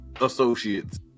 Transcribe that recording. associates